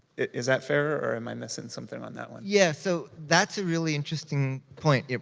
is that fair, or am i missing something on that one? yeah, so that's a really interesting point.